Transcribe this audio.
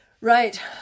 Right